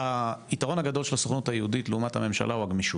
היתרון הגדול של הסוכנות היהודית לעומת הממשלה הוא הגמישות.